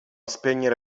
spegnere